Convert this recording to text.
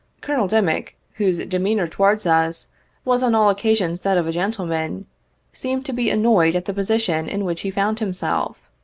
colonel dimick, whose demeanor towards us was on all occasions that of a gentle man, se'emed to be annoyed at the position in which he found himself.